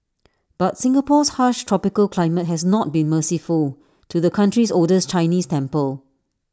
but Singapore's harsh tropical climate has not been merciful to the country's oldest Chinese temple